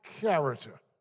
character